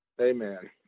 Amen